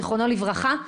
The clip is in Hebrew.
זכרונו לברכה,